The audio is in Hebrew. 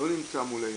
לא נמצאת מולנו,